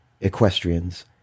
equestrians